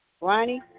Ronnie